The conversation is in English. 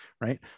right